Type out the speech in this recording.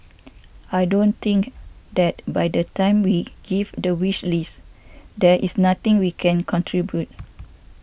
I don't think that by the time we give the wish list there is nothing we can contribute